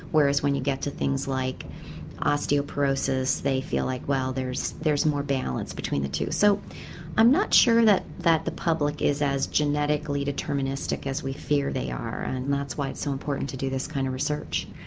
whereas when you get to things like osteoporosis they feel like wow there's there's more balance between the two. so i'm not sure that that the public is as genetically deterministic as we fear they are and that's why it's so important to do this kind of research.